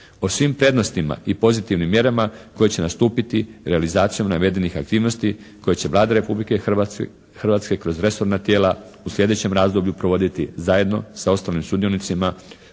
o svim prednostima i pozitivnim mjerama koje će nastupiti realizacijom navedenih aktivnosti koje će Vlada Republike Hrvatske kroz resorna tijela u sljedećem razdoblju provoditi zajedno sa ostalim sudionicima